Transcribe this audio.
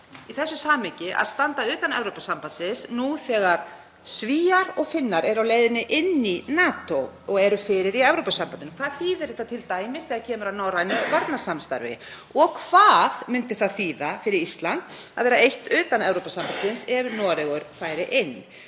í þessu samhengi að standa utan Evrópusambandsins nú þegar Svíar og Finnar eru á leiðinni inn í NATO og eru fyrir í Evrópusambandinu? Hvað þýðir þetta t.d. þegar kemur að norrænu varnarsamstarfi? Og hvað myndi það þýða fyrir Ísland að vera eitt utan Evrópusambandsins ef Noregur færi inn?